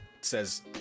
says